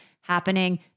happening